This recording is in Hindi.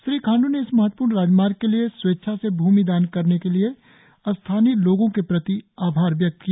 श्री खांडू ने इस महत्वप्र्ण राजमार्ग के लिए स्वेच्छा से भूमि दान करने के लिए स्थानीय लोगो के प्रति आभार व्यक्त किया